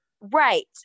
right